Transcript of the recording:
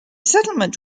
settlement